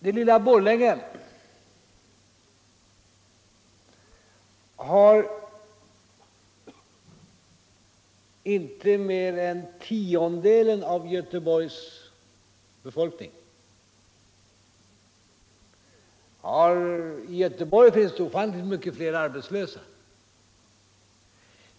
Det lilla Borlänge har inte mer än tiondelen av Göteborgs befolkning. I Göteborg finns det ofantligt många fler arbetslösa.